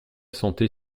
sauté